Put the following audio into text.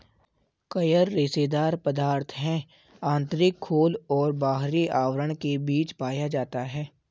coir रेशेदार पदार्थ है आंतरिक खोल और बाहरी आवरण के बीच पाया जाता है